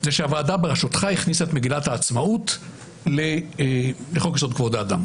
שהוועדה בראשותך הכניסה את מגילת העצמאות לחוק יסוד: כבוד האדם